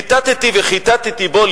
חיטטתי וחיטטתי בו,